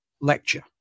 Lecture